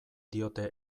diote